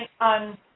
on